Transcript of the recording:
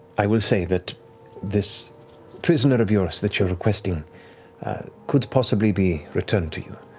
i will say that this prisoner of yours that you're requesting could possibly be returned to you.